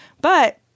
But-